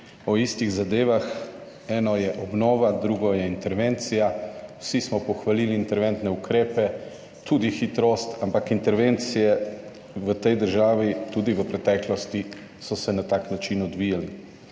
o istih zadevah. Eno je obnova, drugo je intervencija. Vsi smo pohvalili interventne ukrepe, tudi hitrost, ampak intervencije v tej državi, tudi v preteklosti, so se na tak način odvijale.